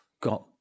got